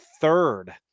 third